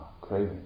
Craving